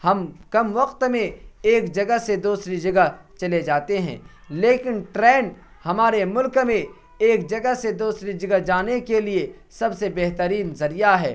ہم کم وقت میں ایک جگہ سے دوسری جگہ چلے جاتے ہیں لیکن ٹرین ہمارے ملک میں ایک جگہ سے دوسری جگہ جانے کے لیے سب سے بہترین ذریعہ ہے